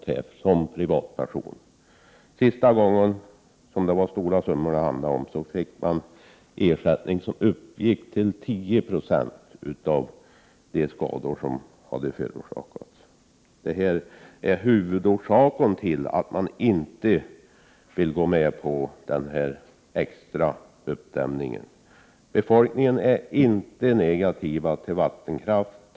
Man får såsom privatperson i princip ingen ersättning. Senast fick man en ersättning, som uppgick till 10 96 av skadornas värde. Detta är huvudorsaken till att man inte vill gå med på denna extra uppdämning. Befolkningen är inte negativ till vattenkraften.